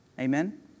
Amen